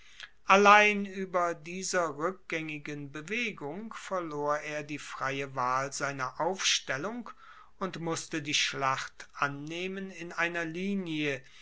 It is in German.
allein ueber dieser rueckgaengigen bewegung verlor er die freie wahl seiner aufstellung und musste die schlacht annehmen in einer linie